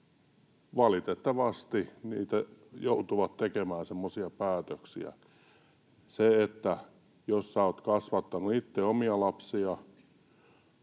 Valitettavasti he joutuvat tekemään semmoisia päätöksiä. Se, että jos olet kasvattanut itse omia lapsiasi,